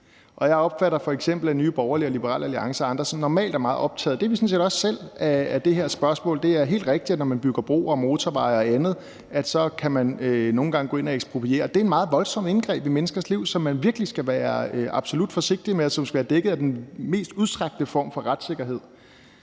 og jeg opfatter f.eks., at Nye Borgerlige og Liberal Alliance og andre normalt er meget optaget af det her spørgsmål, hvilket vi også selv er. Det er helt rigtigt, at når man bygger broer og motorveje og andet, kan man nogle gange gå ind og ekspropriere, og det er et meget voldsomt indgreb i menneskers liv, som man virkelig skal være absolut forsigtig med, og som skal være dækket af den mest udstrakte form for retssikkerhed.